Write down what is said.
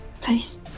Please